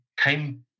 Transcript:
came